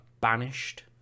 banished